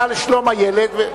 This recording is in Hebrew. ועדה לשלום הילד רבותי,